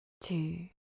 two